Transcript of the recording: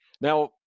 Now